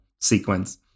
sequence